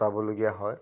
কটাবলগীয়া হয়